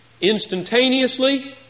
Instantaneously